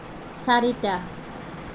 চাৰিটা